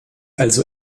also